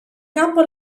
capo